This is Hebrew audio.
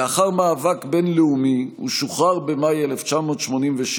לאחר מאבק בין-לאומי הוא שוחרר במאי 1987,